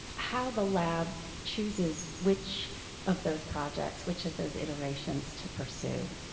how the lab chooses which of those projects, which of those iterations to pursue?